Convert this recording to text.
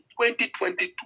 2022